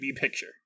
picture